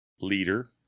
Leader